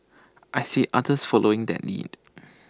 I see others following that lead